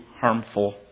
harmful